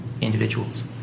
individuals